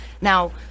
Now